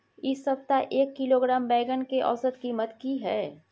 इ सप्ताह एक किलोग्राम बैंगन के औसत कीमत की हय?